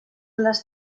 les